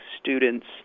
students